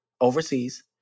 overseas